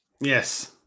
Yes